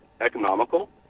economical